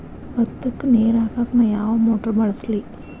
ಭತ್ತಕ್ಕ ನೇರ ಹಾಕಾಕ್ ನಾ ಯಾವ್ ಮೋಟರ್ ಬಳಸ್ಲಿ?